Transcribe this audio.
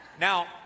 now